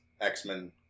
X-Men